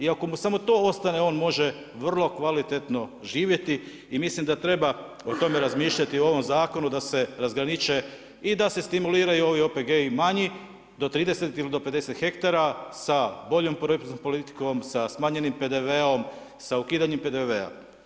I ako mu samo to ostane on može vrlo kvalitetno živjeti i mislim da treba o tome razmišljati u ovom zakonu da se razgraniče i da se stimuliraju ovi OPG-i manji do 30 ili do 50 ha sa boljom poreznom politikom, sa smanjenim PDV-om, sa ukidanjem PDV-a.